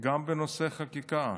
שגם בנושא החקיקה,